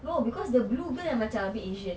no because the blue girl a bit asian